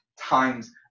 times